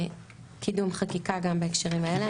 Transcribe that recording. וקידום חקיקה גם בהקשרים האלה,